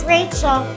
Rachel